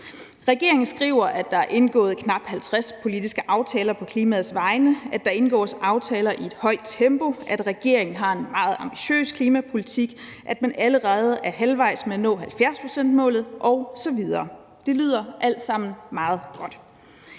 Regeringen skriver, at der er indgået knap 50 politiske aftaler på klimaets vegne, at der indgås aftaler i et højt tempo, at regeringen har en meget ambitiøs klimapolitik, at man allerede er halvvejs med at nå 70-procentsmålet osv. Det lyder alt sammen meget godt.